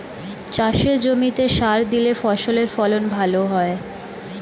চাষের জমিতে সার দিলে ফসলের ফলন ভালো হয়